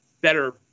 better